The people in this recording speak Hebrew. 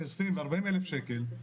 30 ו-40,000 שקל,